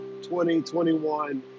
2021